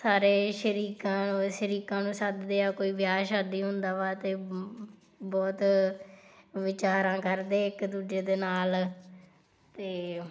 ਸਾਰੇ ਸ਼ਰੀਕਾ ਨੂੰ ਸ਼ਰੀਕਾ ਨੂੰ ਸੱਦਦੇ ਆ ਕੋਈ ਵਿਆਹ ਸ਼ਾਦੀ ਹੁੰਦਾ ਵਾ ਤਾਂ ਬਹੁਤ ਵਿਚਾਰਾਂ ਕਰਦੇ ਇੱਕ ਦੂਜੇ ਦੇ ਨਾਲ ਅਤੇ